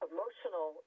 emotional